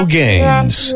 games